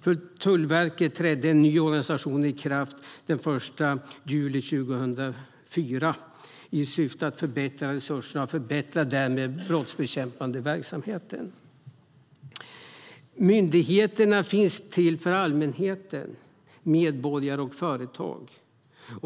För Tullverket trädde en ny organisation i kraft den 1 juli 2004 i syfte att förbättra resurserna och därmed förbättra den brottsbekämpande verksamheten. Myndigheterna finns till för allmänheten, medborgare och företag.